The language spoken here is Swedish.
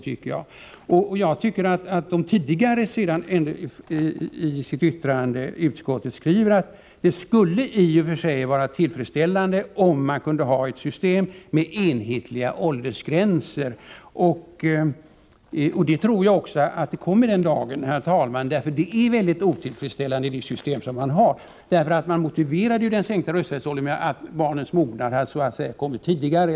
I sitt betänkande skriver utskottet att det i och för sig skulle vara ”tillfredsställande om man kunde ha ett system med enhetliga åldersgränser”. Jag tror också att den dagen kommer, för det system som man nu har är väldigt otillfredsställande. Den sänkta rösträttsåldern motiverades med att tonåringarnas mognad nu kommer tidigare.